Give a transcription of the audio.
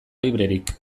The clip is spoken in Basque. librerik